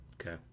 Okay